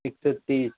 एक सौ तीस